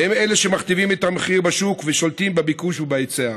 והם אלה שמכתיבים את המחיר בשוק ושולטים בביקוש וההיצע.